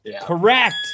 Correct